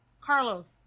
Carlos